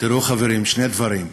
תראו, חברים, שני דברים.